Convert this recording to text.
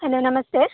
hello ನಮಸ್ತೆ